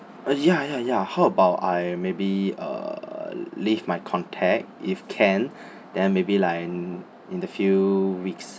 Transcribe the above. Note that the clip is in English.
ah ya ya ya how about I maybe uh leave my contact if can then maybe like in the few weeks